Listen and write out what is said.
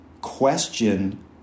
question